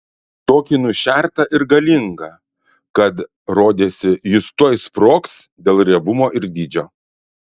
tokį nušertą ir galingą kad rodėsi jis tuoj sprogs dėl riebumo ir dydžio